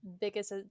biggest